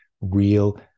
real